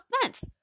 offense